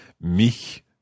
mich